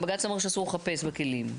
בג"ץ גם אמר שאסור לחפש בכלים.